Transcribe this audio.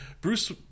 Bruce